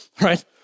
right